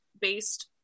based